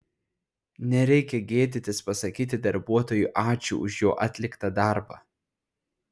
nereikia gėdytis pasakyti darbuotojui ačiū už jo atliktą darbą